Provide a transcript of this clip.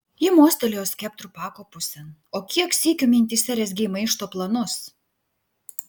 ji mostelėjo skeptru pako pusėn o kiek sykių mintyse rezgei maišto planus